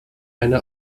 eine